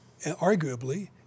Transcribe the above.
arguably